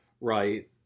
Right